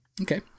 Okay